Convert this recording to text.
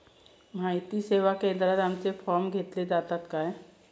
माहिती सेवा केंद्रात आमचे फॉर्म घेतले जातात काय?